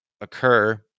occur